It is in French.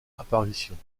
apparitions